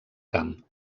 camp